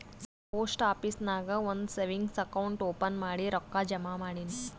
ನಾ post office ನಾಗ್ ಒಂದ್ ಸೇವಿಂಗ್ಸ್ ಅಕೌಂಟ್ ಓಪನ್ ಮಾಡಿ ರೊಕ್ಕಾ ಜಮಾ ಮಾಡಿನಿ